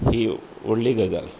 ही व्हडली गजाल